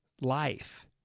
life